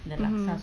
mmhmm